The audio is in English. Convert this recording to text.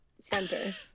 center